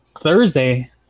Thursday